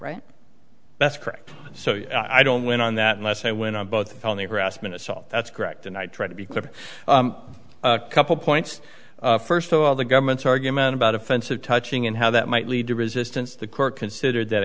right that's correct so i don't win on that unless i went on both on the harassment assault that's correct and i try to be clear couple points first of all the government's argument about offensive touching and how that might lead to resistance the court considered that